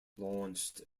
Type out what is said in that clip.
launched